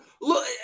look